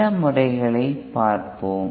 சில முறைகளைப் பார்ப்போம்